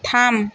থাম